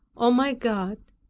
o my god,